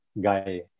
guy